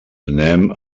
anem